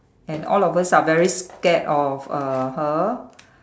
and all of us are very scared of uh her